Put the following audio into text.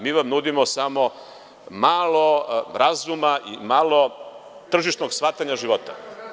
Mi vam nudimo samo malo razuma i malo tržišnog shvatanja života.